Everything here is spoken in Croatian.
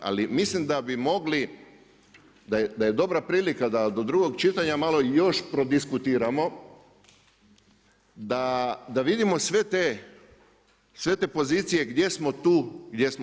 Ali mislim da bi mogli, da je dobra prilika da do drugog čitanja malo još prodiskutiramo, da vidimo sve te pozicije gdje smo tu mi.